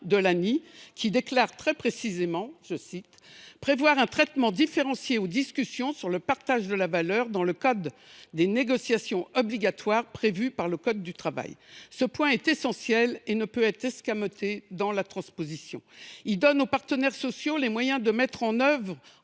selon lequel « il est opportun de prévoir un traitement différencié aux discussions sur le partage de la valeur dans le cadre des négociations obligatoires prévues par le code du travail ». Ce point fondamental ne saurait être escamoté lors de sa transposition. Il donne aux partenaires sociaux les moyens de mettre en œuvre